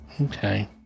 Okay